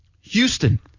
Houston